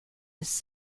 his